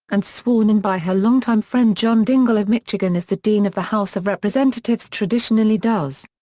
and sworn in by her longtime friend john dingell of michigan as the dean of the house of representatives traditionally does.